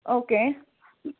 okay